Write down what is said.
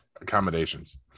accommodations